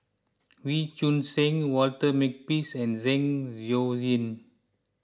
Wee Choon Seng Walter Makepeace and Zeng Shouyin